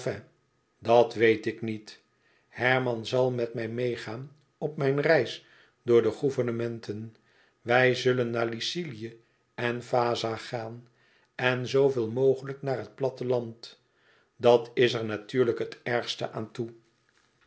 dat weet ik niet herman zal met mij meêgaan op mijn reis door de gouvernementen wij zullen naar lycilië en vaza gaan en zooveel mogelijk naar het platteland dat is er natuurlijk het ergste aan toe